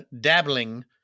dabbling